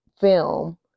film